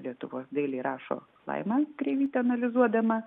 lietuvos dailėje rašo laima kreivytė analizuodama